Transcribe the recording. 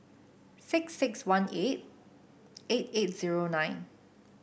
six six one eight eight eight zero nine